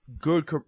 Good